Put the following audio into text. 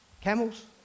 Camels